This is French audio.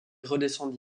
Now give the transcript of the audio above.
redescendit